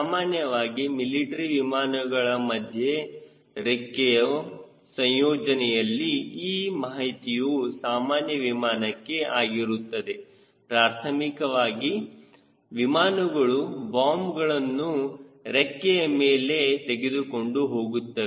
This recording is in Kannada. ಸಾಮಾನ್ಯವಾಗಿ ಮಿಲಿಟರಿ ವಿಮಾನಗಳ ಮಧ್ಯ ರೆಕ್ಕೆಯ ಸಂಯೋಜನೆಯಲ್ಲಿ ಈ ಮಾಹಿತಿಯು ಸಾಮಾನ್ಯ ವಿಮಾನಕ್ಕೆ ಆಗಿರುತ್ತದೆ ಪ್ರಾಥಮಿಕವಾಗಿ ವಿಮಾನಗಳು ಬಾಂಬ್ಗಳನ್ನು ರೆಕ್ಕೆಯ ಮೇಲೆ ತೆಗೆದುಕೊಂಡು ಹೋಗುತ್ತವೆ